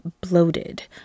bloated